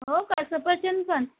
हो का सफरचंद पण